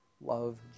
love